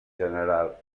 general